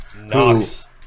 Knocks